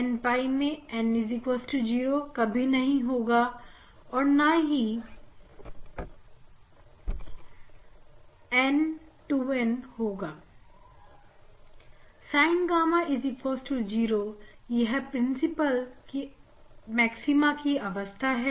n 𝝿 मैं n0 कभी नहीं होगा और ना ही N 2N होगा और sin gamma 0 यह प्रिंसिपल मैक्सिमा की अवस्था है